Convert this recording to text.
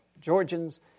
Georgians